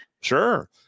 Sure